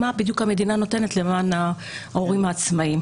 מה בדיוק המדינה נותנת למען הורים העצמאיים.